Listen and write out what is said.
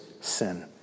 sin